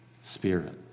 Spirit